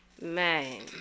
man